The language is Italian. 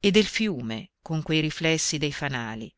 e del fiume con quei riflessi dei fanali